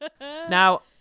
Now